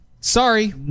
Sorry